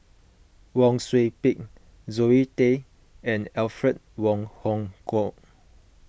Wang Sui Pick Zoe Tay and Alfred Wong Hong Kwok